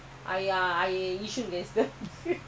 mm அப்பவந்துநீவந்து:apa vandhu nee vandhu